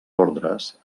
ordres